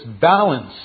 balance